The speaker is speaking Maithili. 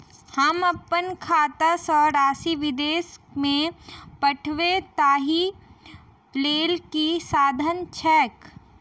हम अप्पन खाता सँ राशि विदेश मे पठवै ताहि लेल की साधन छैक?